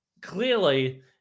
clearly